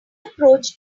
approach